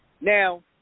Now